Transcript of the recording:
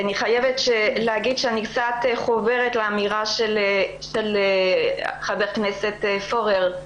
אני חייבת להגיד שאני חוברת לאמירה של חבר הכנסת פורר.